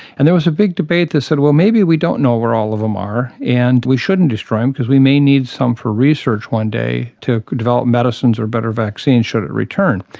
and there was a big debate that said, well, maybe we don't know where all of them are and we shouldn't destroy them because we may need some for research one day to develop medicines or better vaccines should it return.